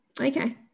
Okay